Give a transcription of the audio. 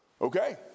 okay